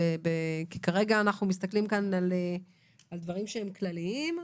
כי כרגע אנחנו מסתכלים כאן על דברים שהם כלליים,